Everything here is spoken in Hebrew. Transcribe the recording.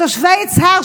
מתושבי יצהר,